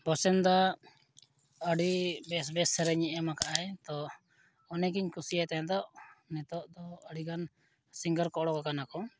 ᱵᱚᱥᱮ ᱫᱟ ᱟᱹᱰᱤ ᱵᱮᱥ ᱵᱮᱥ ᱥᱮᱨᱮᱧᱮ ᱮᱢ ᱟᱠᱟᱫᱟᱭ ᱛᱚ ᱩᱱᱤᱜᱤᱧ ᱠᱩᱥᱤᱭᱟᱭ ᱛᱟᱦᱮᱱ ᱫᱚ ᱱᱤᱛᱳᱜ ᱫᱚ ᱟᱹᱰᱤᱜᱟᱱ ᱥᱤᱝᱜᱟᱨ ᱠᱚ ᱚᱰᱳᱠ ᱟᱠᱟᱱᱟ ᱠᱚ